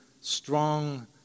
strong